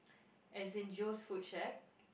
as in Joe's food shack